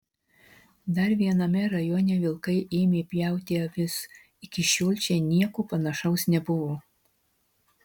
dar viename rajone vilkai ėmė pjauti avis iki šiol čia nieko panašaus nebuvo